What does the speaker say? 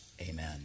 amen